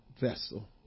vessel